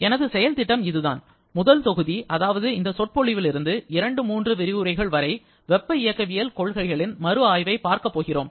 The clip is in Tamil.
என்னுடைய செயல் திட்டம் இதுதான் முதல் தொகுதி அதாவது இந்த சொற்பொழிவிலிருந்து இரண்டு மூன்று விரிவுரைகள் வரை வெப்ப இயக்கவியல் கொள்கைகளின் மறுஆய்வை பார்க்கப்போகிறோம்